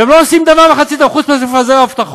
והם לא עושים דבר וחצי דבר, חוץ מלפזר הבטחות.